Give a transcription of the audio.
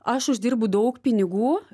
aš uždirbu daug pinigų